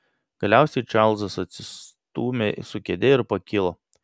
galiausiai čarlzas atsistūmė su kėde ir pakilo